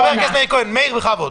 חבר הכנסת מאיר כהן, בבקשה.